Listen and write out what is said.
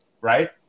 Right